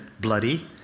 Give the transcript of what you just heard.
bloody